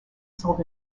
sold